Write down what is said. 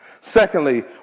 Secondly